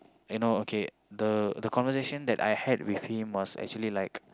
you know okay the conversation that I had with him was actually like